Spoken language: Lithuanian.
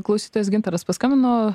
klausytojas gintaras paskambino